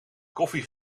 koffie